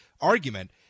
argument